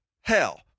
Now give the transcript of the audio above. hell